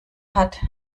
hat